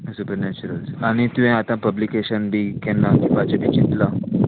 supernaturals आनी तुवें आतां पब्लिकेशन बी केन्ना दिवपाचें बी चिंतलां